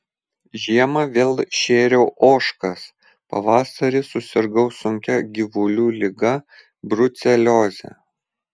žiemą vėl šėriau ožkas pavasarį susirgau sunkia gyvulių liga brucelioze